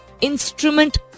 instrument